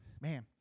man